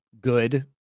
good